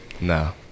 No